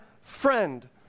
friend